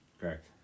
Correct